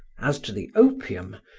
as to the opium,